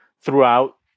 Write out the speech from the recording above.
throughout